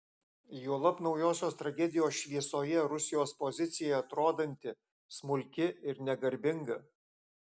juolab naujosios tragedijos šviesoje rusijos pozicija atrodanti smulki ir negarbinga